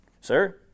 Sir